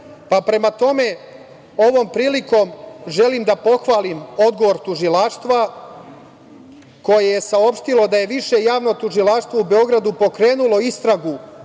njima. Prema tome, ovom prilikom želim da pohvalim odgovor Tužilaštva, koje je saopštilo da je Više javno tužilaštvo u Beogradu pokrenulo istragu